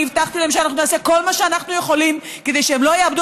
אני הבטחתי להם שאנחנו נעשה כל מה שאנחנו יכולים כדי שהם לא יאבדו